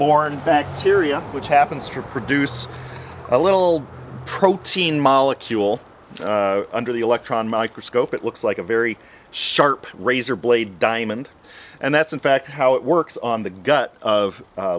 borne bacteria which happens to produce a little protein molecule under the electron microscope it looks like a very sharp razor blade diamond and that's in fact how it works on the gut of